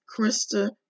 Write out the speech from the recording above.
Krista